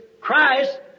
Christ